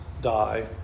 die